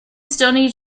stoney